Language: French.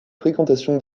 fréquentation